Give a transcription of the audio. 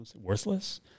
worthless